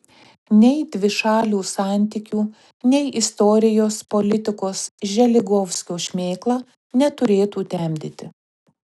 nei dvišalių santykių nei istorijos politikos želigovskio šmėkla neturėtų temdyti